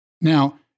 Now